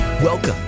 Welcome